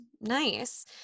Nice